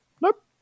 Nope